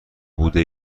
بوده